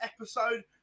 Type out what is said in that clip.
episode